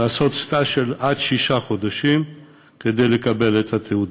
לעשות סטאז' של עד שישה חודשים כדי לקבל את התעודה.